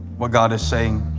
what god is saying